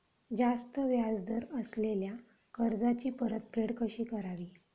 जास्त व्याज दर असलेल्या कर्जाची परतफेड कशी करावी?